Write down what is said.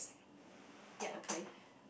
ya